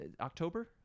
October